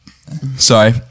Sorry